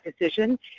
decision